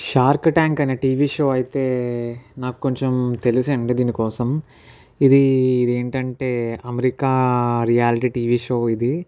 shark Tank అనే TV show అయితే నాకు కొంచెం తెలుసు అండి దీనికోసం ఇది ఇది ఏంటి అంటే అమేరికా రియాలిటీ టీవీ షో ఇది